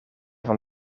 van